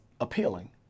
appealing